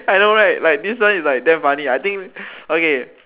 I know right this one is like damn funny I think okay